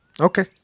Okay